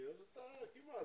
אז אתה כמעט.